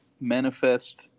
manifest